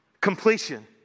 completion